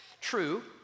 True